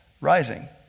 rising